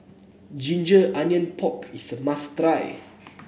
Ginger Onions Pork is a must try